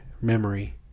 memory